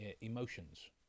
emotions